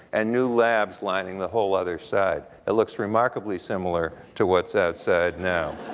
and new labs lining the whole other side, it looks remarkably similar to what's outside now.